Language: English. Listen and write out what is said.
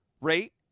rate